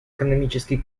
экономический